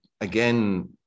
again